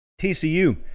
TCU